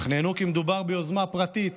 אך נענו כי מדובר ביוזמה פרטית